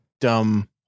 dumb